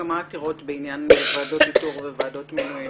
כמה עתירות בעניין ועדות איתור וועדות מינויים.